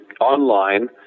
online